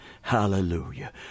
Hallelujah